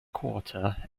quarter